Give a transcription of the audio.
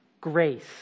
grace